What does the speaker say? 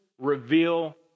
reveal